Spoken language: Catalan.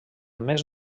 més